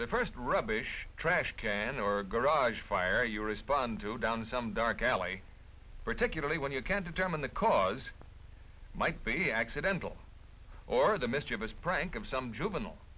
the first rubbish trash can or garage fire you respond to down some dark alley particularly when you can't determine the cause might be accidental or the mischievous prank of some juvenile